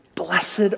Blessed